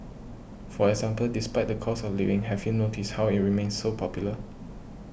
for example despite the cost of living have you noticed how it remains so popular